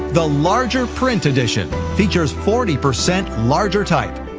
the larger print edition features forty percent larger type,